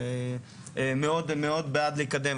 מאוד בעד לקדם,